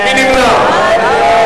מי נמנע?